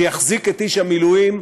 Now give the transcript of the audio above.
שיחזיק את איש המילואים,